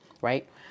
right